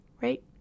right